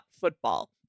football